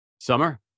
summer